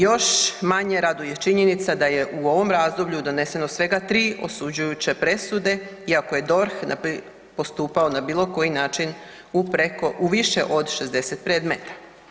Još manje raduje činjenica da je u ovom razdoblju doneseno svega 3 osuđujuće presude iako je DORH postupao na bilo koji način u preko, u više od 60 predmeta.